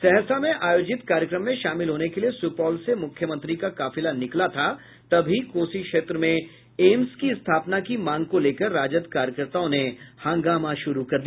सहरसा में आयोजित कार्यक्रम में शामिल होने के लिये सुपौल से मुख्यमंत्री का काफिला निकला था तभी कोसी क्षेत्र में एम्स की स्थापना की मांग को लेकर राजद कार्यकर्ताओं ने हंगामा शुरू कर दिया